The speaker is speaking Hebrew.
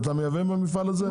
אם אתה מייבא מהמפעל הזה,